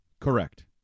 Correct